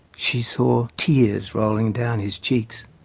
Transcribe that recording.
she saw tears rolling down his cheeks.